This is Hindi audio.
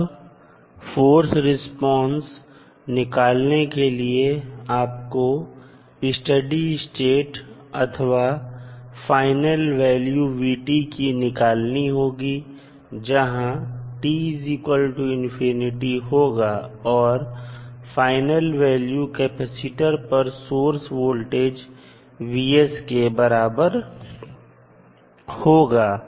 अब फोर्स रिस्पांस निकालने के लिए आपको स्टडी स्टेट अथवा फाइनल वैल्यू v की निकालनी होगी जहां t होगा और फाइनल वैल्यू कैपेसिटर पर सोर्स वोल्टेज Vs के बराबर होगा